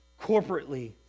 corporately